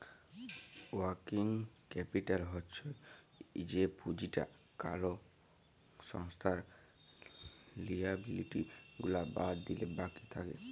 working capital হচ্ছ যে পুঁজিটা কোলো সংস্থার লিয়াবিলিটি গুলা বাদ দিলে বাকি থাক্যে